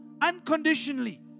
unconditionally